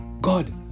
God